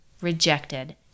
rejected